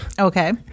Okay